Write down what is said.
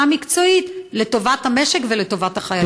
מקצועית לטובת המשק ולטובת החיילים.